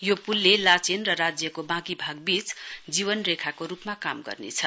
यो पुलले लाचेन र राज्यको वाँकी भाग वीच जीवनरेखाको रुपमा काम गर्नेछ